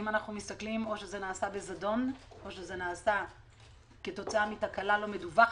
או שזה נעשה בזדון או שזה נעשה כתוצאה מתקלה לא מדווחת,